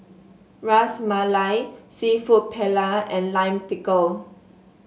Ras Malai seafood Paella and Lime Pickle